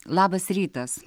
labas rytas